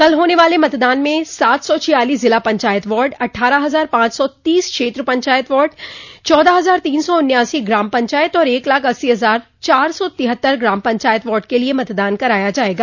कल होने वाले मतदान में सात सौ छियालिस जिला पंचायत वार्ड अठ्ठारह हजार पॉच सौ तीस क्षेत्र पंचायत वार्ड चौदह हजार तीन सौ उन्यासी ग्राम पंचायत और एक लाख अस्सी हजार चार सौ तिहत्तर ग्राम पंचायत वार्ड के लिए मतदान कराया जायेगा